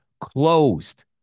closed